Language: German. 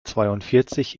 zweiundvierzig